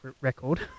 record